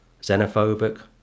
Xenophobic